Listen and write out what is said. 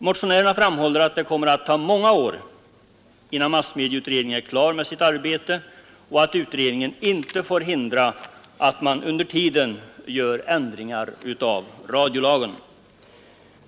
Motionärerna framhåller att det kommer att ta många år innan massmedieutredningen är klar med sitt arbete och att utredningen inte får hindra att man under tiden gör ändringar i radiolagen.